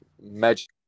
magic